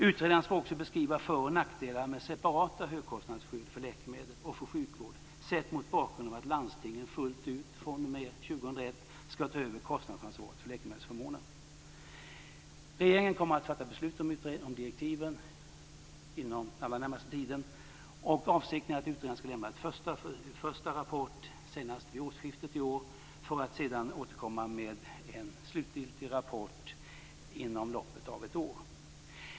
Utredaren skall vidare beskriva för och nackdelar med separata högkostnadsskydd för läkemedel och för sjukvård sett mot bakgrund av att landstingen fullt ut fr.o.m. år 2001 skall ta över kostnadsansvaret för läkemedelsförmånen. Regeringen kommer att fatta beslut om direktiven inom den allra närmaste tiden, och avsikten är att utredningen skall lägga fram en första rapport senast vid årsskiftet i år för att sedan återkomma med en slutgiltig rapport inom loppet av ett år.